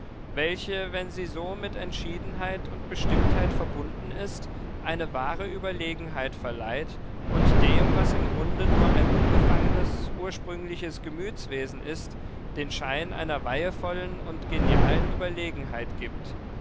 welche wenn sie so mit entschiedenheit und bestimmtheit verbunden ist eine wahre überlegenheit verleiht und dem was im grunde nur ein unbefangenes ursprüngliches gemütswesen ist den schein einer weihevollen und genialen überlegenheit gibt